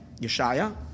Yeshaya